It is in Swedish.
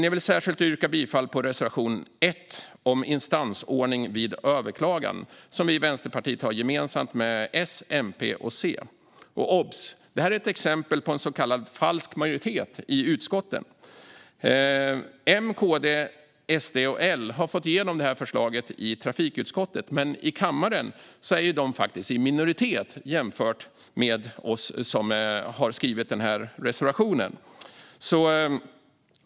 Jag vill dock särskilt yrka bifall till reservation 1 om instansordning vid överklagan som vi i Vänsterpartiet har gemensamt med S, MP och C. Observera att detta är ett exempel på en så kallad falsk majoritet i utskottet! M, KD, SD och L har fått igenom detta förslag i trafikutskottet, men i kammaren är de i minoritet jämfört med oss som har skrivit reservationen.